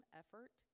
effort